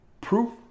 proof